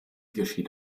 geschieht